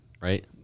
right